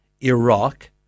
Iraq